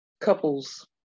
couples